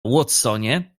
watsonie